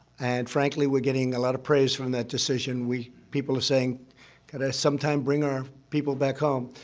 and, frankly, we're getting a lot of praise from that decision. we people are saying, got to sometime bring our people back home.